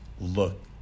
look